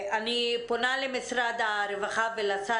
אני פונה למשרד הרווחה ולשר